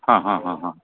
हां हां हां हां